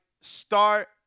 start